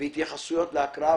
והתייחסויות להקראה.